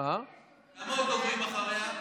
כמה עוד דוברים אחריה?